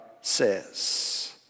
says